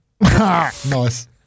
Nice